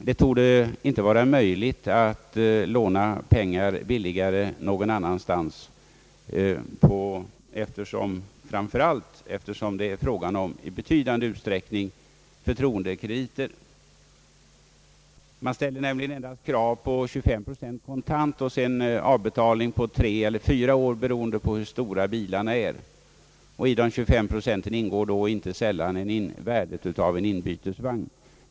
Det torde inte vara möjligt att låna pengar billigare någon annanstans, särskilt som det i betydande utsträckning är fråga om förtroendekrediter, Det ställs nämligen krav på kontantbetalning med endast 25 procent av köpesumman och på avbetalning av resten på tre eller fyra år, beroende på hur stora bilarna är, I dessa 25 procent ingår då inte sällan värdet av en inbytesvagn.